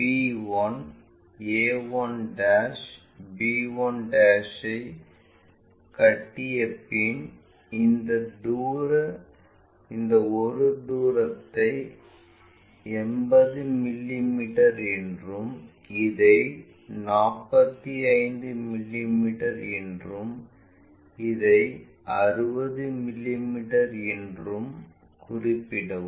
a1 b1 a1 b1 ஐ கட்டிய பின் இந்த ஒரு தூரத்தை 80 மிமீ என்றும் இதை 45 மிமீ மற்றும் இதை 60 மிமீ என்றும் குறிப்பிடவும்